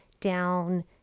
down